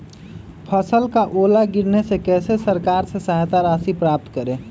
फसल का ओला गिरने से कैसे सरकार से सहायता राशि प्राप्त करें?